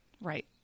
Right